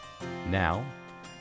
Now